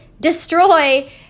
destroy